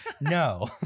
no